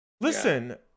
Listen